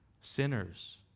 sinners